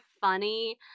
funny